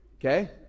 Okay